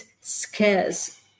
scarce